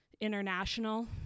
International